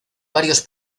varios